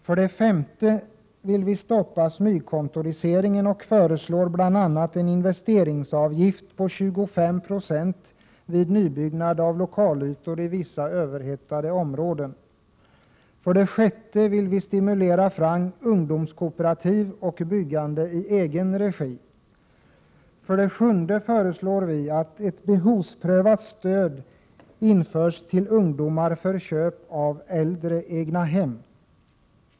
För det femte vill vi stoppa smygkontoriseringen och föreslår bl.a. en investeringsavgift på 25 20 vid nybyggnad av lokalytor i vissa överhettade områden. För det sjätte vill vi stimulera fram ungdomskooperativ och byggande i egen regi. För det sjunde föreslår vi att ett behovsprövat stöd införs till ungdomar för köp av äldre egnahem.